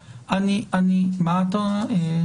כן, זה מה שאני תוהה.